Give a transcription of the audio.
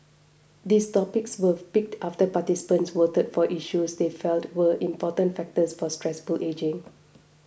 these topics were picked after participants voted for issues they felt were important factors for successful ageing